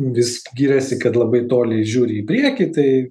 vis giriasi kad labai toli žiūri į priekį tai